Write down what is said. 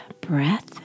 breath